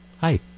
Hi